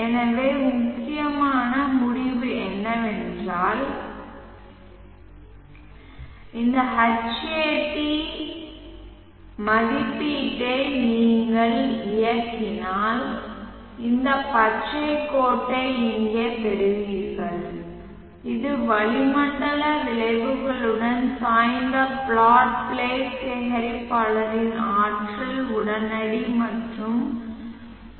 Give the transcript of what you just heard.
எனவே முக்கியமான முடிவு என்னவென்றால் இந்த Hat மதிப்பீட்டை நீங்கள் இயக்கினால் இந்த பச்சை கோட்டை இங்கே பெறுவீர்கள் இது வளிமண்டல விளைவுகளுடன் சாய்ந்த பிளாட் பிளேட் சேகரிப்பாளரின் ஆற்றல் உடனடி மற்றும் பி